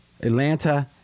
Atlanta